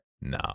No